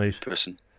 person